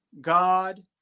God